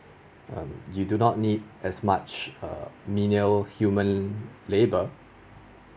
um you do not need as much err menial human labour